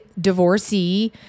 divorcee